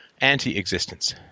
anti-existence